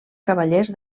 cavallers